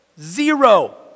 Zero